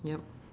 yup